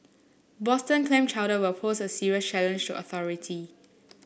Boston clam chowder will pose a serious challenge to authority